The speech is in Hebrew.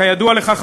כידוע לך,